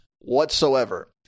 whatsoever